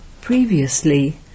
Previously